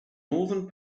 northern